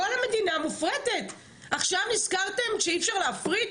כל המדינה מופרטת, עכשיו נזכרתם שאי אפשר להפריט?